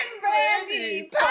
Brandy